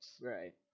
Right